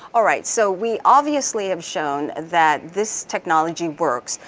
alright so we obviously have shown that this technology works,